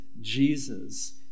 Jesus